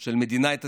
של מדינת ישראל,